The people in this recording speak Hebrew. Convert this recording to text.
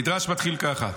המדרש מתחיל ככה: